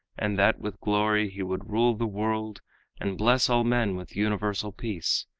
and that with glory he would rule the world and bless all men with universal peace.